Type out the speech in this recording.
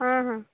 ହଁ ହଁ